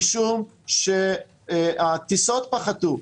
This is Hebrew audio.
משום שהטיסות פחתו,